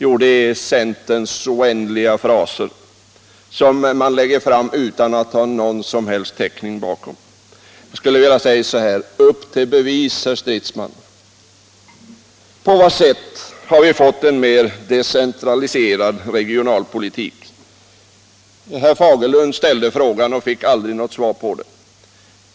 Jo, det är centerns oändliga fraser, som man uttalar utan att ha någon som helst täckning. Jag skulle vilja säga: Upp till bevis, herr Stridsman. På vad sätt har vi fått en mer decentraliserad regionalpolitik? Herr Fagerlund ställde frågan och fick aldrig något svar.